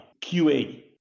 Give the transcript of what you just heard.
QA